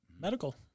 Medical